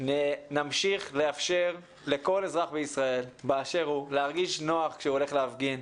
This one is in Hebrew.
נמשיך לאפשר לכל אזרח בישראל באשר הוא להרגיש נוח כשהוא הולך להפגין,